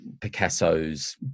Picasso's